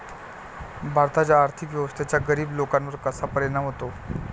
भारताच्या आर्थिक व्यवस्थेचा गरीब लोकांवर कसा परिणाम होतो?